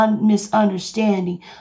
misunderstanding